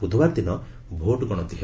ବୁଧବାର ଦିନ ଭୋଟ୍ ଗଣତି ହେବ